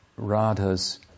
radhas